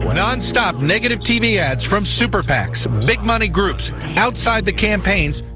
nonstop negative tv ads from super pacs big money groups outside the campaigns.